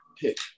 pick